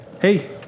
Hey